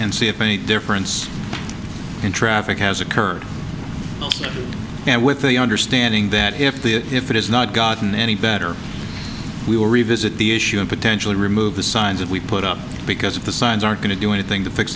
and see if any difference in traffic has occurred and with the understanding that if the if it is not gotten any better we will revisit the issue and potentially remove the signs if we put up because of the signs aren't going to do anything to fix